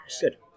good